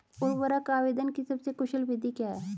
उर्वरक आवेदन की सबसे कुशल विधि क्या है?